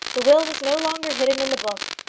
the will was no longer hidden in the book.